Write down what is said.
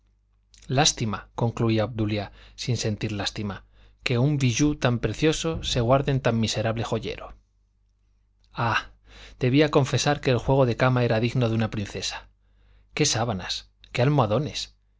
conveniencias lástima concluía obdulia sin sentir lástima que un bijou tan precioso se guarde en tan miserable joyero ah debía confesar que el juego de cama era digno de una princesa qué sabanas qué almohadones